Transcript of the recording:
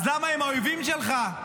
אז למה הם האויבים שלך?